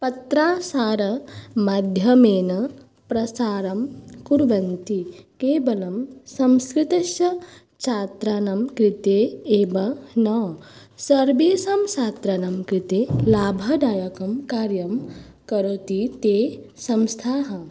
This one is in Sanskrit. पत्राचारमाध्यमेन प्रसारं कुर्वन्ति केवलं संस्कृतस्य छात्राणां कृते एव न सर्वेषां छात्राणां कृते लाभदायकं कार्यं करोति ताः संस्थाः